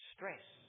Stress